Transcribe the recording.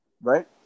right